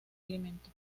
alimento